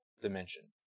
dimension